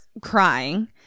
crying